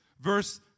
verse